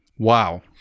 wow